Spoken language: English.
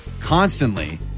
constantly—